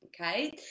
okay